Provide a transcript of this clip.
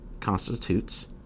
constitutes